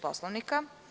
Poslovnika?